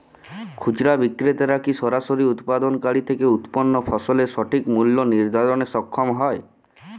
খুচরা বিক্রেতারা কী সরাসরি উৎপাদনকারী থেকে উৎপন্ন ফসলের সঠিক মূল্য নির্ধারণে সক্ষম হয়?